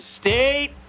State